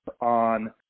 on